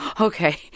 okay